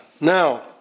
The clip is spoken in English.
now